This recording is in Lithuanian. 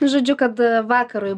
žodžiu kad vakarui